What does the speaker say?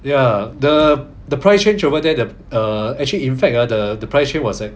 ya the the price range over there the err actually in fact the price range was at